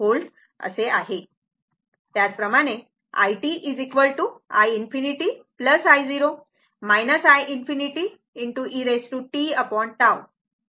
त्याचप्रमाणे i t i ∞ i 0 i ∞ eTtau